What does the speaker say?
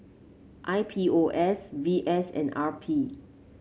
I P O S V S and R P